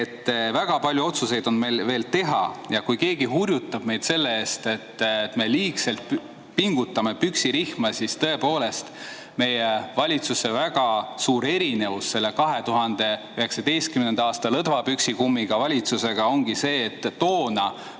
Väga palju otsuseid on meil veel teha. Kui keegi hurjutab meid selle eest, et me liigselt pingutame püksirihma, siis tõepoolest, meie valitsuse väga suur erinevus 2019. aasta lõdva püksikummiga valitsusest ongi see, et toona